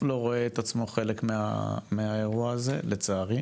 לא רואה את עצמו חלק מהאירוע הזה לצערי.